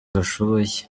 bashoboye